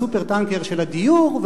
ה"סופר-טנקר" של הדיור,